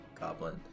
goblin